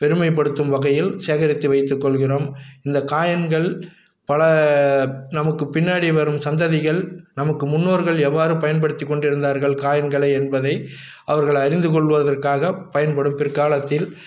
பெருமைப்படுத்தும் வகையில் சேகரித்து வைத்து கொள்கிறோம் இந்த காயின்கள் பல நமக்கு பின்னாடி வரும் சந்ததிகள் நமக்கு முன்னோர்கள் எவ்வாறு பயன்படுத்தி கொண்டு இருந்தார்கள் காயின்களை என்பதை அவர்கள் அறிந்துக்கொள்வதற்காக பயன்படும் பிற்காலத்தில்